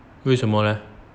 为什么 leh